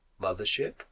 Mothership